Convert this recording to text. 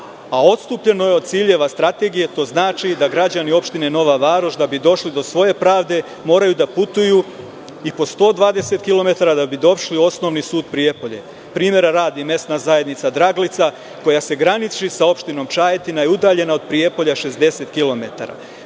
a odstupljeno je od ciljeva strategije, to znači da građani opštine Nova Varoš da bi došli do svoje pravde moraju da putuju i po 120 kilometara da bi došli u osnovni sud Prijepolje. Primera radi, mesna zajednica Draglica koja se graniči sa opštinom Čajetina udaljena od Prijepolja 60